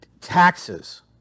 Taxes